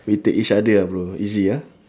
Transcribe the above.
we take each other ah bro easy ah